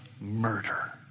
murder